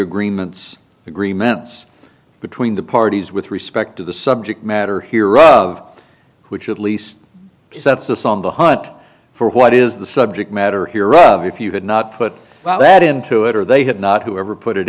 agreements agreements between the parties with respect to the subject matter here of which at least that's us on the hunt for what is the subject matter here of if you had not put that into it or they had not whoever put it